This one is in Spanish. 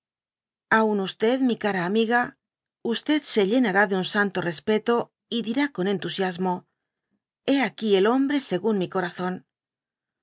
aun y mi cara amiga g se llenará de un santo respeto y dirá con entusiasmo ce hé aquí el hombre según mi oorazon